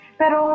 pero